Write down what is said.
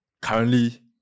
Currently